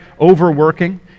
overworking